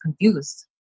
confused